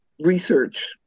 research